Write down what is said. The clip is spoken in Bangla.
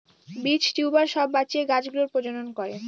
বীজ, টিউবার সব বাঁচিয়ে গাছ গুলোর প্রজনন করে